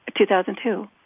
2002